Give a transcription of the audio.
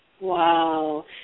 Wow